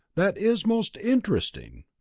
that is most interesting.